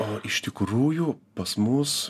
o iš tikrųjų pas mus